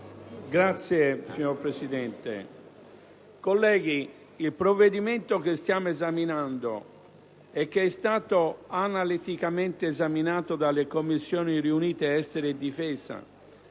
*(PdL)*. Signor Presidente, onorevoli colleghi, il provvedimento che stiamo esaminando e che è stato analiticamente esaminato dalle Commissioni riunite esteri e difesa,